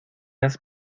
has